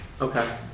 Okay